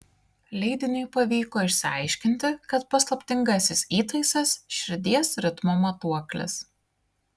leidiniui pavyko išsiaiškinti kad paslaptingasis įtaisas širdies ritmo matuoklis